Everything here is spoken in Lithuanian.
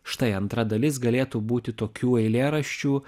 štai antra dalis galėtų būti tokių eilėraščių